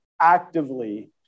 actively